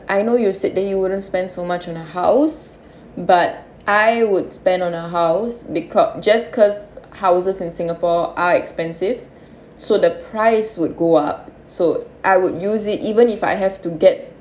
I know you said that you wouldn't spend so much on a house but I would spend on a house because just cause houses in singapore are expensive so the price would go up so I would use it even if I have to get